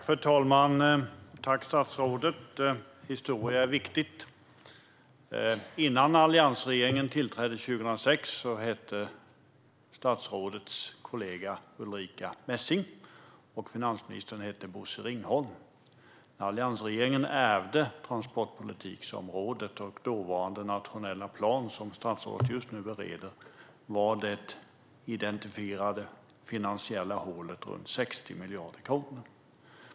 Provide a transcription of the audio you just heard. Fru talman! Jag tackar statsrådet. Historia är viktigt. Innan alliansregeringen tillträdde 2006 hette ansvarigt statsråd Ulrica Messing. Finansministern hette Bosse Ringholm. Alliansregeringen ärvde transportpolitikområdet och dåvarande nationella plan, som statsrådet just nu bereder, där det identifierade finansiella hålet var ungefär 60 miljarder kronor.